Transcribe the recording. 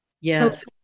Yes